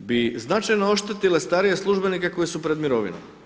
bi značajno oštetile starije službenike koji su pred mirovinom.